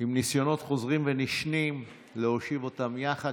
ועם ניסיונות חוזרים ונשנים להושיב אותם יחד.